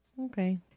Okay